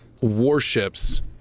warships